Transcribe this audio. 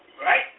Right